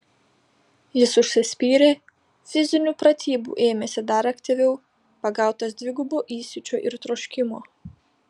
jis užsispyrė fizinių pratybų ėmėsi dar aktyviau pagautas dvigubo įsiūčio ir troškimo